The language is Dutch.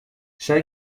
zij